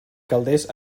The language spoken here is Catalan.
calders